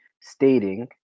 stating